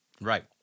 Right